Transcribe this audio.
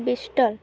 Bicester